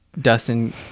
Dustin